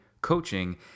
Coaching